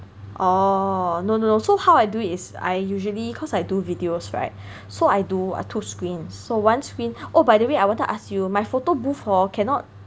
orh no no no so how I do it is I usually cause I do videos right so I do a two screens so one screen oh by the way I wanted to ask you my photo booth hor cannot